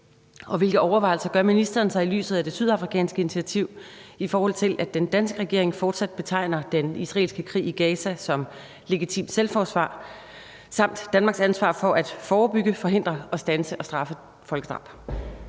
og hvilke overvejelser gør ministeren sig i lyset af det sydafrikanske initiativ, i forhold til at den danske regering fortsat betegner den israelske krig i Gaza som legitimt selvforsvar, samt Danmarks ansvar for at forebygge, forhindre, standse og straffe folkedrab?